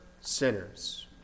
sinners